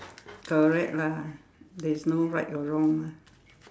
correct lah there is no right or wrong lah